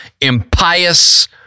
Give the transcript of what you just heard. impious